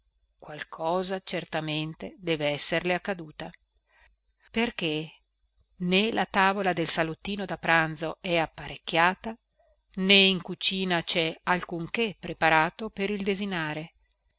qualcosa certamente devesserle accaduta perché né la tavola nel salottino da pranzo è apparecchiata né in cucina cè alcunché preparato per il desinare